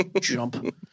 jump